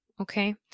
okay